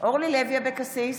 אורלי לוי אבקסיס,